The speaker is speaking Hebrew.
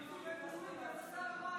מעניין.